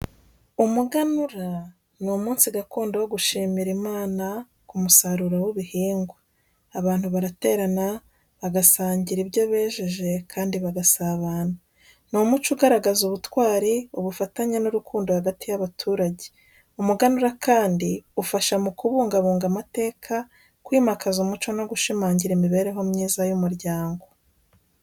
Umuganura, ni umunsi gakondo wo gushimira Imana ku musaruro w’ibihingwa. Abantu baraterana, bagasangira ibyo bejeje kandi bagasabana. Ni umuco ugaragaza ubutwari, ubufatanye n’urukundo hagati y’abaturage. Umuganura kandi ufasha mu kubungabunga amateka, kwimakaza umuco no gushimangira imibereho myiza y’umuryango.